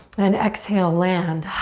and exhale, land.